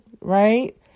right